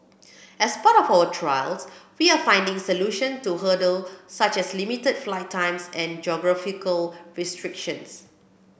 as part of our trials we are finding solution to hurdle such as limited flight times and geographical restrictions